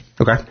Okay